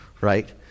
right